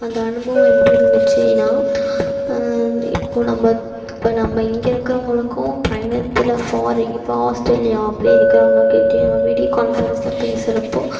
அந்த அனுபவம் எப்படி இருந்திச்சுனா இப்போது நம்ம இப்போ நம்ம இங்கே இருக்கிறவங்களுக்கும் பயணத்தில் ஃபாரின் இப்போ ஆஸ்திரேலியா அப்படி இருக்கறவங்ககிட்டேயும் நம்ம வீடியோ கான்ஃபரன்ஸில் பேசுகிறப்போ